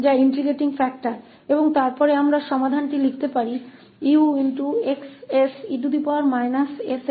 और फिर हम समाधान को 𝑈𝑥 𝑠e sx बराबर xxe sx𝑑𝑥 𝑐 के रूप में लिख सकते हैं